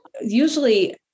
Usually